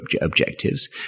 objectives